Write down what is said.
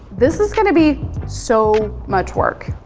this is gonna be so much work.